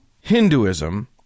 Hinduism